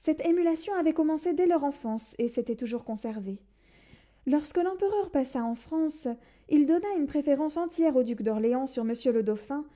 cette émulation avait commencé dès leur enfance et s'était toujours conservée lorsque l'empereur passa en france il donna une préférence entière au duc d'orléans sur monsieur le dauphin